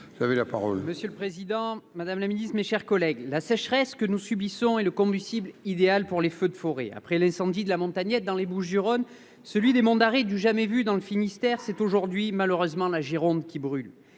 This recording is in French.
Monsieur le président, mesdames, messieurs les ministres, mes chers collègues, la sécheresse que nous subissons est le combustible idéal pour les feux de forêt. Après l'incendie de la Montagnette, dans les Bouches-du-Rhône, et celui des monts d'Arrée- du jamais vu !-, dans le Finistère, c'est aujourd'hui, malheureusement, la Gironde qui brûle.